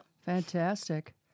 Fantastic